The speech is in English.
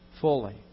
fully